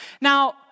Now